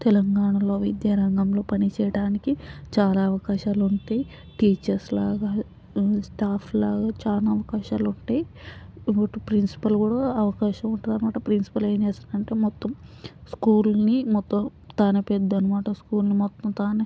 తెలంగాణలో విద్యా రంగంలో పనిచేయడానికి చాలా అవకాశాలు ఉంటాయి టీచర్స్ లాగా స్టాఫ్ లాగా చాలా అవకాశాలు ఉంటాయి ఇప్పుడు ప్రిన్సిపల్ కూడా అవకాశం ఉంటుంది అన్నమాట ప్రిన్సిపల్ ఏం చేస్తాడు అంటే మొత్తం స్కూల్ని మొత్తం తనే పెద్ద అన్నమాట స్కూల్ని మొత్తం తానే